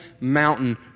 mountain